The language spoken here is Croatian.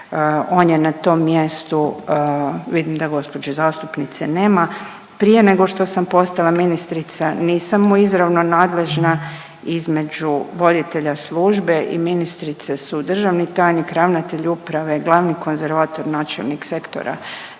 On je na tom mjestu, vidim da gospođe zastupnice nema. Prije nego što sam postala ministrica, nisam mu izravno nadležna između voditelja službe i ministrice su državni tajnik, ravnatelj uprave, glavni konzervator, načelnik sektora